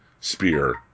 spear